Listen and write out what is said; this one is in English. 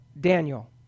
Daniel